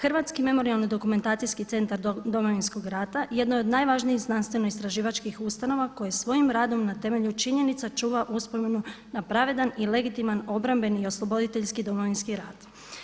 Hrvatski memorijalni dokumentacijski centar Domovinskog rata jedno je od najvažnijih znanstveno-istraživačkih ustanova koje svojim radom na temelju činjenica čuva uspomenu na pravedan i legitiman osloboditeljski Domovinski rat.